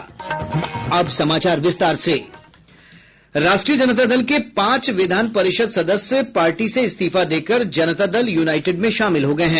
राष्ट्रीय जनता दल के पांच विधान परिषद् सदस्य पार्टी से इस्तीफा देकर जनता दल यूनाइटेड में शामिल हो गये हैं